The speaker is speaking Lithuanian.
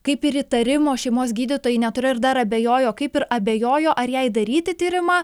kaip ir įtarimo šeimos gydytojai neturėjo ir dar abejojo kaip ir abejojo ar jai daryti tyrimą